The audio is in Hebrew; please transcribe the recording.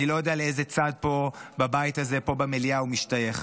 אני לא יודע לאיזה צד פה במליאה הוא משתייך,